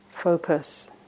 focus